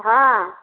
हाँ